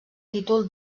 títol